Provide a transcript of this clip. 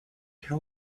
tell